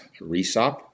resop